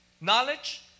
Knowledge